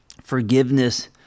Forgiveness